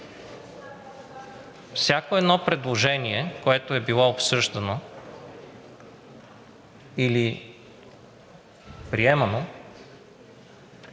Всяко едно предложение, което е било обсъждано или приемано